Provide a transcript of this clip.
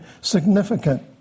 significant